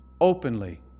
openly